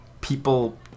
people